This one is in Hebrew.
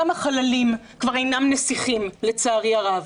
גם החללים כבר אינם "נסיכים", לצערי הרב.